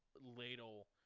ladle